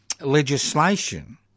legislation